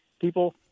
people